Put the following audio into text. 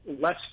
less